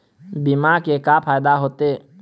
बीमा के का फायदा होते?